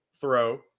throw